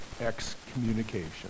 excommunication